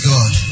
God